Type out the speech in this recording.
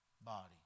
body